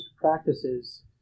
practices